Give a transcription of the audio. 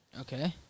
Okay